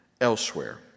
elsewhere